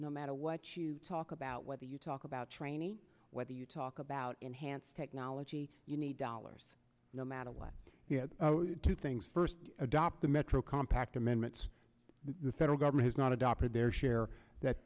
no matter what you talk about whether you talk about training whether you talk about enhanced technology you need dollars no matter what two things first adopt the metro compact amendments the federal government has not adopted their share